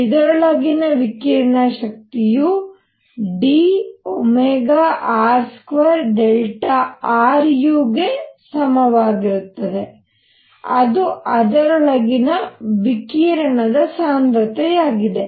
ಇದರೊಳಗಿನ ವಿಕಿರಣ ಶಕ್ತಿಯು dr2ru ಸಮವಾಗಿರುತ್ತದೆ ಅದು ಅದರೊಳಗಿನ ವಿಕಿರಣ ಸಾಂದ್ರತೆಯಾಗಿದೆ